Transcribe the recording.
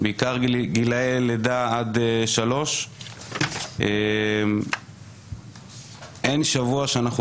בעיקר בגיל לידה עד 3. אין שבוע שעובר ושאנחנו